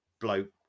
bloke